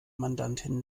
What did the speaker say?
mandantin